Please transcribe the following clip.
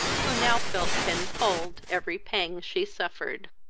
who now felt ten-fold every pang she suffered.